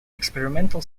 experimental